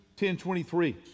10.23